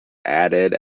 added